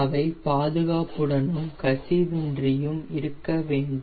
அவை பாதுகாப்புடனும் கசிவின்றியும் இருக்க வேண்டும்